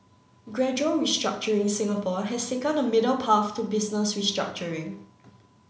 gradual restructuring Singapore has taken a middle path to business restructuring